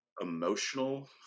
emotional